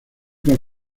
con